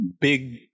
big